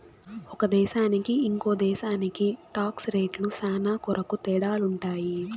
ఒక దేశానికి ఇంకో దేశానికి టాక్స్ రేట్లు శ్యానా కొరకు తేడాలుంటాయి